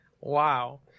Wow